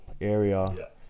area